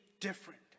different